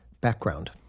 Background